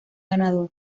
ganador